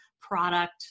product